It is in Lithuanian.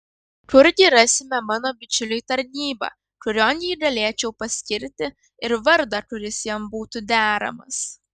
kurgi rasime mano bičiuliui tarnybą kurion jį galėčiau paskirti ir vardą kuris jam būtų deramas